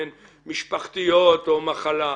למשל נסיבות משפחתיות או מחלה,